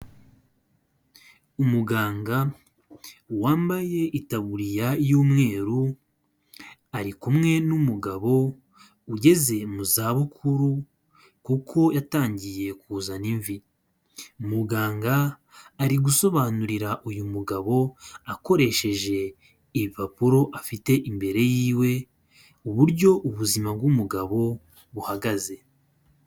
Umuganga wambaye itabuririya y'umweru ari kumwe n'umugabo ugeze mu za bukuru kuko yatangiye kuzana imvi, muganga ari gusobanurira uyu mugabo akoresheje ibipapuro afite imbere y'iwe uburyo ubuzima bw'umugabo buhagaze.